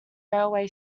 railway